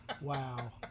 Wow